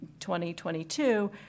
2022